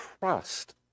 Trust